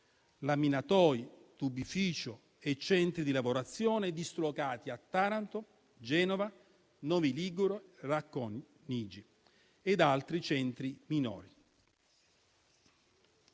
laminatoi, tubificio e centri di lavorazione dislocati a Taranto, Genova, Novi Ligure, Racconigi e altri centri minori;